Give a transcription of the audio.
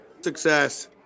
success